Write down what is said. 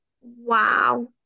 Wow